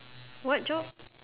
what job